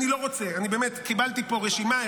אני לא רוצה, אני באמת קיבלתי פה רשימה.